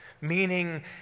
meaning